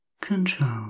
Control